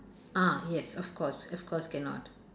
ah yes of course of course cannot